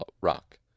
rock